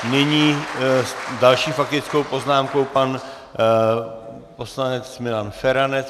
Nyní s další faktickou poznámkou pan poslanec Milan Feranec.